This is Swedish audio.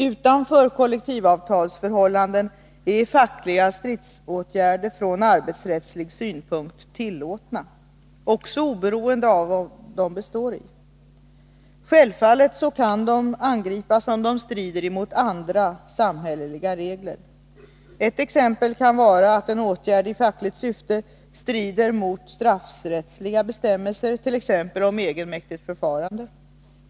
Utanför kollektivavtalsförhållanden är fackliga stridsåtgärder från arbetsrättslig synpunkt tillåtna, också oberoende av vad de består i. Självfallet kan de dock angripas om de strider mot andra samhälleliga regler. Ett exempel kan vara att en åtgärd i fackligt syfte strider mot straffrättsliga bestämmelser t.ex. om egenmäktigt förfarande.